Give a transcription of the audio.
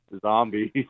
zombies